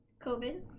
COVID